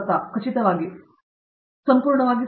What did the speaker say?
ಪ್ರತಾಪ್ ಹರಿಡೋಸ್ ಖಚಿತವಾಗಿ ಖಚಿತವಾಗಿ